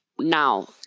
now